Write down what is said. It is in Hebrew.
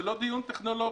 זה לא דיון טכנולוגי,